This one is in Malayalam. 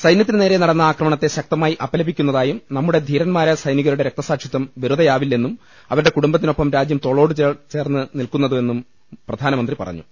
സൈന്യത്തിന് നേരെ നടന്ന ആക്രമണത്തെ ശക്തമായി അപലപിക്കുന്നതായും നമ്മുടെ ധീരന്മാരായ സൈനികരുടെ രക്തസാ ക്ഷിത്വം വെറുതെയാവില്ലെന്നും അവരുടെ കുടുംബത്തിനൊപ്പം രാജ്യം തോളോടു തോൾ ചേർന്നു നില്ക്കുന്നുവെന്നും പ്രധാനമന്ത്രി പറഞ്ഞു